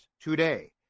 today